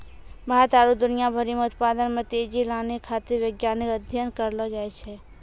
भारत आरु दुनिया भरि मे उत्पादन मे तेजी लानै खातीर वैज्ञानिक अध्ययन करलो जाय छै